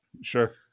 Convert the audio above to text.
Sure